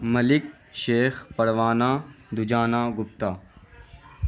Malik Sheikh Parwana Dujana Gupta